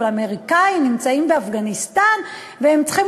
אבל האמריקנים נמצאים באפגניסטן והם צריכים